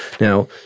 Now